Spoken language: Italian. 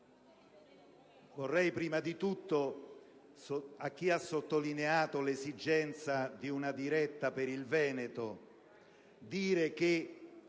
vorrei prima di tutto dire a chi ha sottolineato l'esigenza di una diretta per il Veneto che